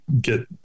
get